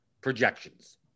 projections